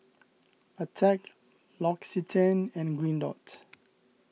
attack L'Occitane and Green Dot